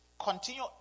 Continue